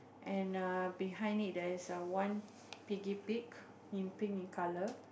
and err behind it there is err one piggy pig in pink in color